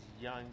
young